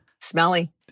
smelly